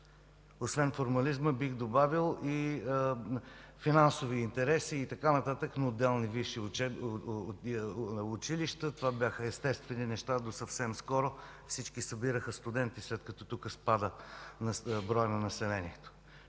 Освен формализма, бих добавил и финансови интереси, и така нататък на отделни висши училища. Това бяха естествени неща до съвсем скоро. Всички събираха студенти, след като тук спада броят на населението.